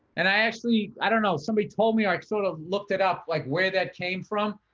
and i actually, i don't know, somebody told me, i sorta looked it up like where that came from.